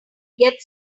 get